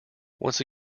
once